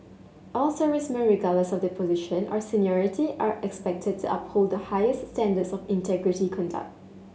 all servicemen regardless of their position or seniority are expected to uphold the highest standards of integrity conduct